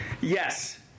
Yes